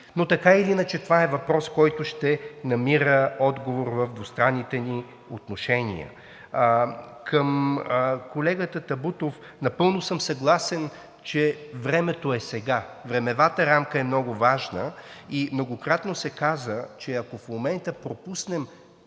Но така или иначе, това е въпрос, който ще намира отговор в двустранните ни отношения. Към колегата Табутов – напълно съм съгласен, че времето е сега. Времевата рамка е много важна и многократно се каза, че ако в момента пропуснем